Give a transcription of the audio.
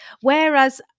Whereas